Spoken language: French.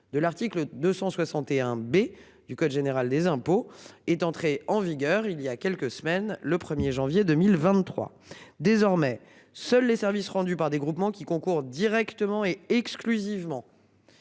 de l'article 261 B du code général des impôts est entrée en vigueur il y a quelques semaines le 1er janvier 2023. Désormais, seuls les services rendus par des groupements qui concourent directement et exclusivement.